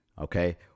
okay